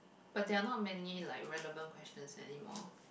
but they're not many like relevant questions anymore